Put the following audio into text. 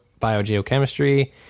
biogeochemistry